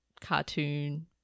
cartoon